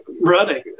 running